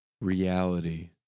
Reality